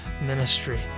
ministry